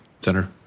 Senator